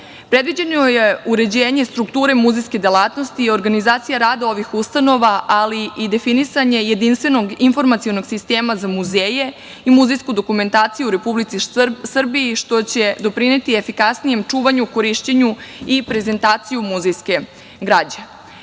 javnosti. Predviđeno je uređenje strukture muzejske delatnosti i organizacija rada ovih ustanova, ali i definisanje jedinstvenog informacionog sistema za muzeje i muzejsku dokumentaciju u Republici Srbiji, što će doprineti efikasnijem čuvanju, korišćenju i prezentaciju muzejske